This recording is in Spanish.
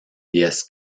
diez